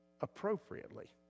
appropriately